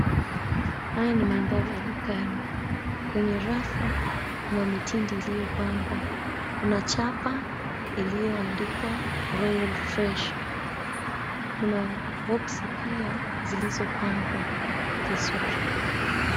Haya ni mandhari ya dukani, kwenye rafu kuna mitindi iliyopangwa. Kuna chapa iliyoandikwa "ROYAL FRESH", kuna boxi pia zilizopangwa vizuri.